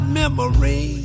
memory